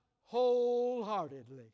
wholeheartedly